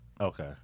Okay